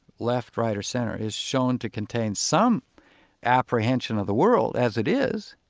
left, right or center, is shown to contain some apprehension of the world as it is,